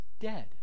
dead